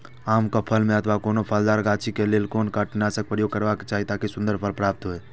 आम क फल में अथवा कोनो फलदार गाछि क लेल कोन कीटनाशक प्रयोग करबाक चाही ताकि सुन्दर फल प्राप्त हुऐ?